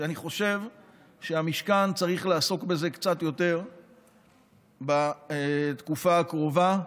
שאני חושב שהמשכן צריך לעסוק בזה קצת יותר בתקופה הקרובה,